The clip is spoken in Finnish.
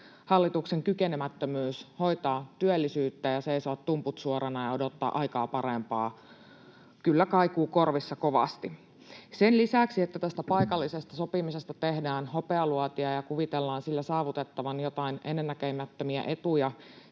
Hallituksen kykenemättömyys hoitaa työllisyyttä ja se, että se seisoo tumput suorana ja odottaa aikaa parempaa, kyllä kaikuvat korvissa kovasti. Sen lisäksi, että tästä paikallisesta sopimisesta tehdään hopealuotia ja kuvitellaan sillä saavutettavan jotain ennennäkemättömiä etuja